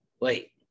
Wait